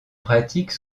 pratique